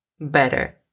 better